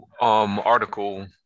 article